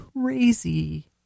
crazy